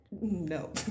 No